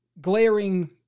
glaring